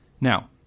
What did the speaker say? Now